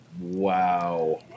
Wow